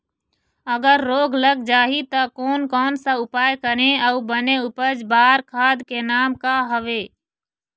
अगर रोग लग जाही ता कोन कौन सा उपाय करें अउ बने उपज बार खाद के नाम का हवे?